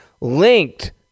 linked